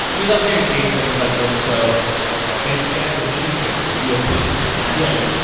we love hearing case studies like this, so, if it's about facebook ads, or anything that you have put into action.